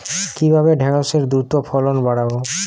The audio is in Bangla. কিভাবে ঢেঁড়সের দ্রুত ফলন বাড়াব?